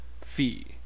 fee